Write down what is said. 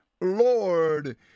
Lord